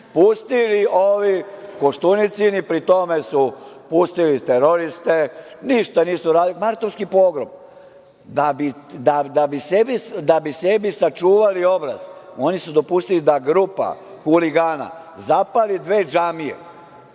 pustili ovi Koštunicini, pri tome su pustili teroriste. Martovski pogrom, da bi sebi sačuvali obraz, oni su dopustili da grupa huligana zapali dve džamije